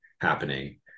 happening